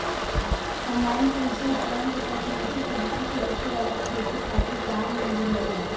combine कृषि उपकरण के तकनीकी पद्धति से होखे वाला खेती खातिर काम में लिहल जाला